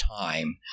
time